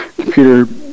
computer